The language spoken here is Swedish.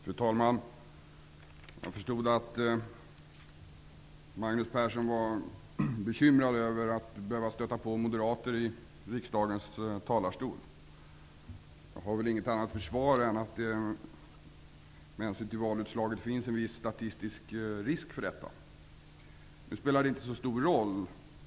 Fru talman! Jag förstod att Magnus Persson var bekymrad över att behöva stöta på moderater i riksdagens talarstol. Jag har inget annat försvar än att det med hänsyn till valutslaget finns en viss statistisk risk för detta. Nu spelar det inte så stor roll.